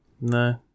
No